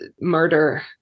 murder